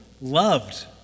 loved